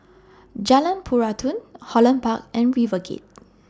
Jalan Peradun Holland Park and RiverGate